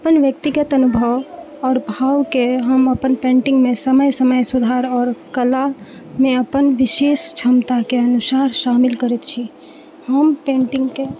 अपन व्यक्तिगत अनुभव आओर भावके हम अपन पेन्टिंगमे समय समय सुधार आओर कलामे अपन विशेष क्षमताके अनुसार शामिल करैत छी हम पेन्टिंगके